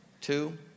Two